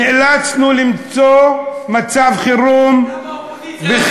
נאלצנו למצוא מצב חירום, גם באופוזיציה, שום דבר.